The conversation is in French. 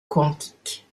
quantique